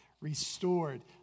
restored